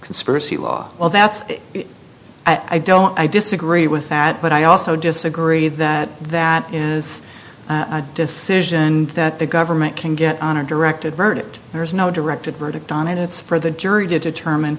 conspiracy law well that's it i don't i disagree with that but i also disagree that that is a decision that the government can get on a directed verdict there is no directed verdict on it it's for the jury to determine